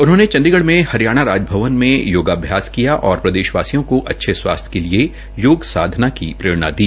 उन्होंने चंडीगढ़ में हरियाणा राजभवन में योगाभ्यास किया और प्रदेशवासियों को अच्छे स्वास्थ्य के लिए योग साधना की प्ररेणा दी